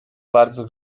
bardzo